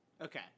Okay